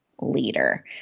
Leader